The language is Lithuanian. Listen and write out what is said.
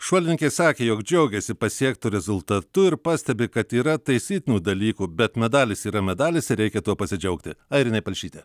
šuolininkė sakė jog džiaugiasi pasiektu rezultatu ir pastebi kad yra taisytinų dalykų bet medalis yra medalis ir reikia tuo pasidžiaugti airinė palšytė